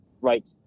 right